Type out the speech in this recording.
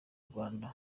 rwanda